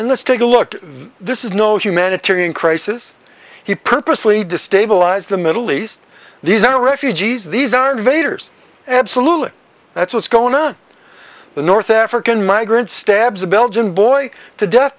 and let's take a look this is no humanitarian crisis he purposely destabilize the middle east these are refugees these are vader's absolutely that's what's going on the north african migrants stabs a belgian boy to death